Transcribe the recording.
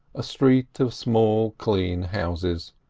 a street of small clean houses.